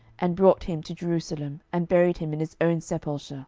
and brought him to jerusalem, and buried him in his own sepulchre.